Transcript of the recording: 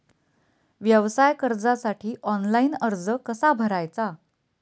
व्यवसाय कर्जासाठी ऑनलाइन अर्ज कसा भरायचा?